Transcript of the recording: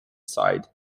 sighed